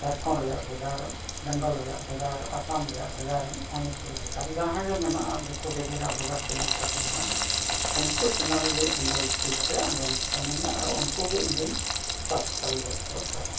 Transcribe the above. ᱡᱷᱟᱲᱠᱷᱚᱸᱰ ᱨᱮᱱᱟᱜ ᱵᱷᱮᱜᱟᱨ ᱵᱮᱝᱜᱚᱞ ᱨᱮᱱᱟᱜ ᱵᱷᱮᱜᱟᱨ ᱟᱥᱟᱢ ᱨᱮᱱᱟᱜ ᱵᱷᱮᱜᱟᱨ ᱢᱚᱱᱤᱯᱩᱨ ᱵᱷᱮᱜᱟᱨ ᱡᱟᱦᱟᱸ ᱜᱮ ᱢᱮᱱᱟᱜᱼᱟ ᱡᱷᱚᱛᱚ ᱜᱮ ᱵᱷᱮᱜᱟᱨ ᱵᱷᱮᱜᱟᱨ ᱪᱮᱱᱮᱞ ᱛᱟᱠᱚ ᱢᱮᱱᱟᱜᱼᱟ ᱩᱱᱠᱩ ᱪᱮᱱᱮᱞ ᱜᱮ ᱤᱧᱫᱚ ᱵᱤᱥᱛᱤ ᱠᱟᱛᱮ ᱟᱸᱡᱚᱢ ᱥᱟᱹᱱᱟᱹᱧᱟ ᱟᱨ ᱩᱱᱠᱩᱜᱮ ᱤᱧ ᱫᱚᱧ ᱥᱟᱵᱽᱥᱠᱨᱟᱭᱤᱵᱮᱫ ᱠᱚ ᱛᱟᱵᱚᱱᱟ